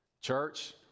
Church